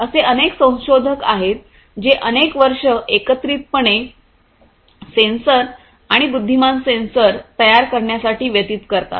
असे अनेक संशोधक आहेत जे अनेक वर्षे एकत्रितपणे सेन्सर आणि बुद्धिमान सेन्सर तयार करण्यासाठी व्यतीत करतात